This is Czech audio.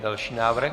Další návrh.